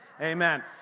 Amen